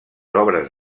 obres